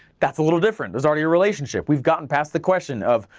that's a little different, there's already a relationship, we've gotten past the question of,